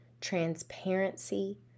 transparency